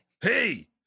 Hey